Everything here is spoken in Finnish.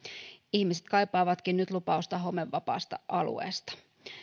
ihmiset kaipaavatkin nyt lupausta homevapaasta alueesta